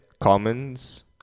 commons